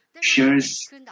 shares